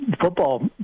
football